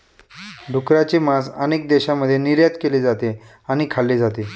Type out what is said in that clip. डुकराचे मांस अनेक देशांमध्ये निर्यात केले जाते आणि खाल्ले जाते